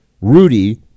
Rudy